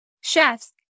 chefs